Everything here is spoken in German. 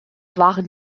waren